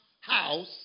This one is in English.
house